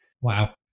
Wow